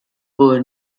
wohl